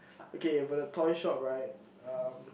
okay for the toy shop right um